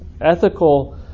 Ethical